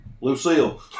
Lucille